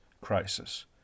crisis